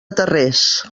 tarrés